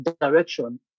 direction